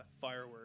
firework